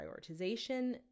prioritization